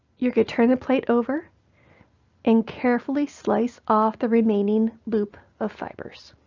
you can turn the plate over and carefully slice off the remaining loop of fibers.